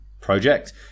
project